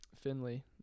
Finley